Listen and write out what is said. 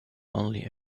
only